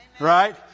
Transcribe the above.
Right